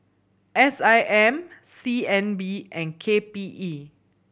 S I M C N B and K P E